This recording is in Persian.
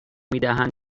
میدهند